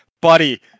buddy